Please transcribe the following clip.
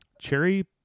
cherry